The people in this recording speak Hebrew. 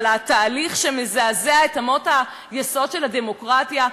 על התהליך שמזעזע את אמות היסוד של הדמוקרטיה.